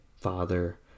father